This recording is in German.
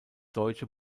deutsche